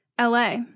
la